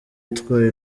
itwaye